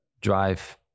drive